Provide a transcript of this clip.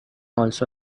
also